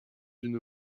une